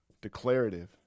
declarative